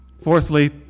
Fourthly